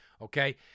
Okay